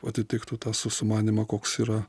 atitiktų tą au sumanymą koks yra